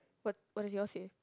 what what does your say